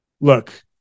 look